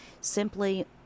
Simply